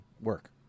work